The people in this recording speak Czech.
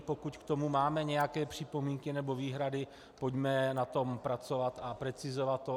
Pokud k tomu máme nějaké připomínky nebo výhrady, pojďme na tom pracovat a precizovat to.